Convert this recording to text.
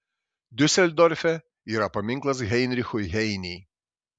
diuseldorfe yra paminklas heinrichui heinei